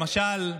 למשל,